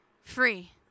free